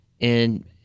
And-